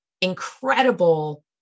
incredible